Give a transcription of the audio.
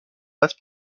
basse